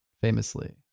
famously